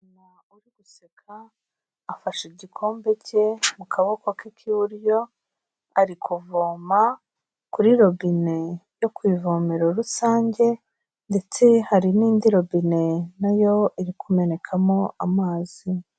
Uri guseka afashe igikombe cye mu kaboko ke kw'iburyo ari kuvoma kuri robine yo ku ivomero rusange ndetse hari n'indi robine nayo iri kumenekamo amazi.